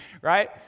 right